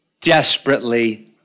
desperately